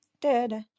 da-da